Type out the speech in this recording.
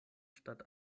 statt